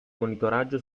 monitoraggio